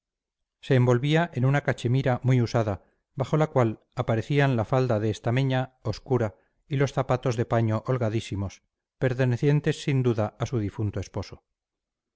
se envolvía en una cachemira muy usada bajo la cual aparecían la falda de estameña obscura y los zapatos de paño holgadísimos pertenecientes sin duda a su difunto esposo